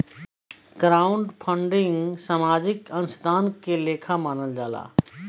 crowdfunding सामाजिक अंशदान के लेखा मानल जाला